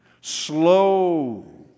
Slow